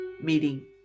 meeting